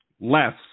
less